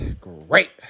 great